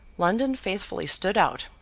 london faithfully stood out,